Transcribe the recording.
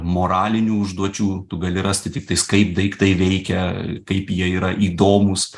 moralinių užduočių tu gali rasti tiktais kaip daiktai veikia kaip jie yra įdomūs